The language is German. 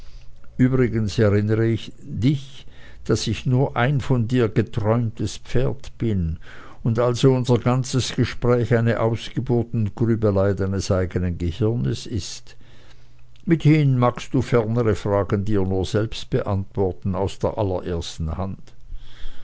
übrigens erinnere dich daß ich nur ein von dir geträumtes pferd bin und also unser ganzes gespräch eine ausgeburt und grübelei deines eigenen gehirnes ist mithin magst du fernere fragen dir nur selbst beantworten aus der allerersten hand